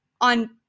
on